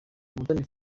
umutoni